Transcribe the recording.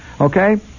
Okay